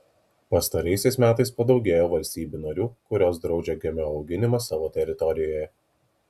pastaraisiais metais padaugėjo valstybių narių kurios draudžia gmo auginimą savo teritorijoje